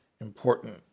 important